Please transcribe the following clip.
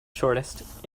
shortest